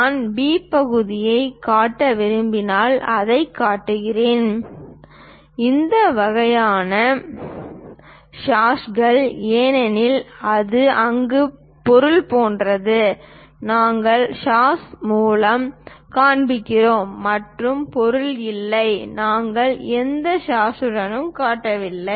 நான் B பகுதியைக் காட்ட விரும்பினால் அதைக் காட்டுகிறோம் இந்த வகையான ஹாஷ்கள் ஏனெனில் அது அங்கு பொருள் போன்றது நாங்கள் ஹாஷ் மூலம் காண்பிக்கிறோம் மற்றும் பொருள் இல்லை நாங்கள் எந்த ஹாஷையும் காட்டவில்லை